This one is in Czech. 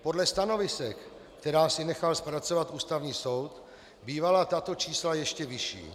Podle stanovisek, která si nechal zpracovat Ústavní soud, bývala tato čísla ještě vyšší.